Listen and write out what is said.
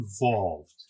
involved